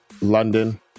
London